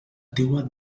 teua